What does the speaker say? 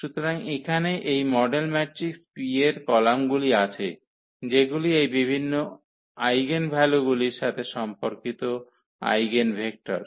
সুতরাং এখানে এই মডেল ম্যাট্রিক্স P এর কলামগুলি আছে যেগুলি এই বিভিন্ন আইগেনভ্যালুগুলির সাথে সম্পর্কিত আইগেনভেক্টর